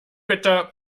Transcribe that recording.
bitte